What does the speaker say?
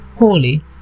holy